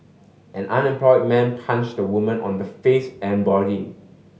an unemployed man punched a woman on the face and body